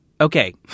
okay